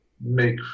make